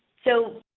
so,